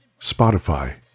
Spotify